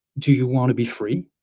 do you want to be free?